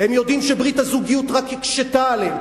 הם יודעים שברית הזוגיות רק הקשתה עליהם,